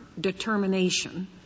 determination